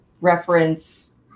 reference